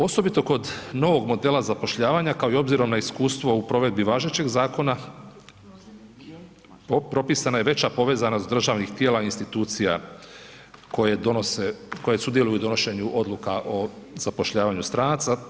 Osobito kod novog modela zapošljavanja, kao i obzirom na iskustvo u provedbi važećeg zakona, propisana je veća povezanost državnih tijela i institucija koja donose, koje sudjeluju u donošenju odluka o zapošljavanju stranaca.